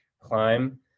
climb